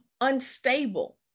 unstable